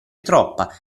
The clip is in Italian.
troppa